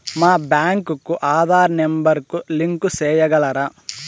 మా బ్యాంకు కు ఆధార్ నెంబర్ కు లింకు సేయగలరా?